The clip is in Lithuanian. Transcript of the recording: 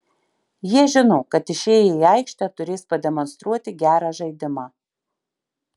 jie žino kad išėję į aikštę turės pademonstruoti gerą žaidimą